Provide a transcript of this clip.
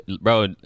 Bro